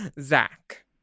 Zach